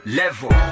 level